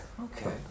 Okay